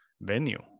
venue